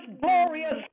glorious